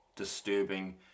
disturbing